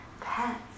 pets